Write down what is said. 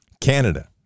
Canada